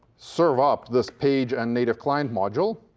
serve up this page and native client module.